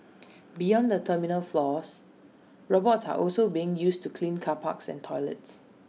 beyond the terminal floors robots are also being used to clean car parks and toilets